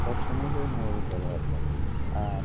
ᱥᱚᱵᱽ ᱥᱚᱢᱚᱭ ᱜᱮ ᱢᱳᱵᱟᱭᱤᱞ ᱵᱮᱵᱚᱦᱟᱨᱫᱟ ᱟᱨ